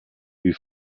wie